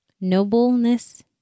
Nobleness